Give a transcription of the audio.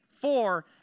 four